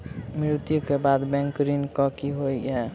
मृत्यु कऽ बाद बैंक ऋण कऽ की होइ है?